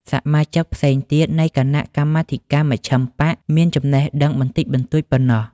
សមាជិកផ្សេងទៀតនៃគណៈកម្មាធិការមជ្ឈិមបក្សមានចំណេះដឹងបន្តិចបន្តួចប៉ុណ្ណោះ ។